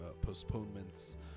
postponements